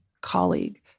colleague